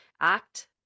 act